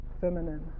feminine